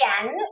again